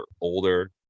older